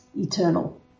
eternal